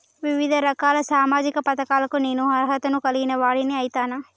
వివిధ రకాల సామాజిక పథకాలకు నేను అర్హత ను కలిగిన వాడిని అయితనా?